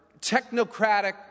technocratic